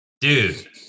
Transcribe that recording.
Dude